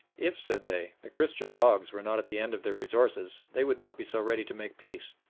if, said they, the christian dogs were not at the end of their resources they would not be so ready to make peace.